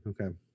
okay